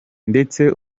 ndetse